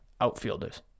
outfielders